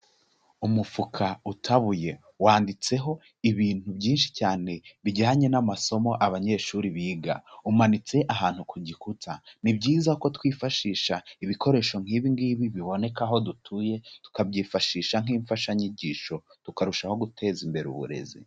Umufuka utabuye wanditseho ibintu byinshi cyane bijyanye n'amasomo abanyeshuri biga, umanitse ahantu ku gikuta, ni byiza ko twifashisha ibikoresho nk'ibi ngibi biboneka aho dutuye, tukabyifashisha nk'imfashanyigisho tukarushaho guteza imbere uburezi.